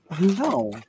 No